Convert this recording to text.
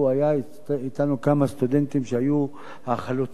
היו אתנו כמה סטודנטים שהיו החלוצים.